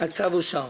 הצבעה הצו אושר.